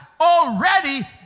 already